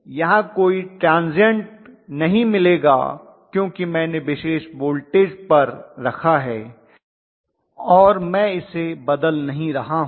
यहाँ कोई ट्रेन्ज़न्ट नहीं मिलेगा क्योंकि मैंने विशेष वोल्टेज पर रखा है और मैं इसे बदल नहीं रहा हूं